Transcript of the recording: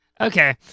Okay